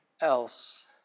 else